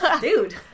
dude